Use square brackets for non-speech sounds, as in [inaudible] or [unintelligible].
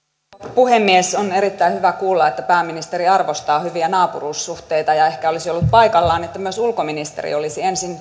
puhemies on erittäin hyvä kuulla että pääministeri arvostaa hyviä naapuruussuhteita ja ehkä olisi ollut paikallaan että myös ulkoministeri olisi ensin [unintelligible]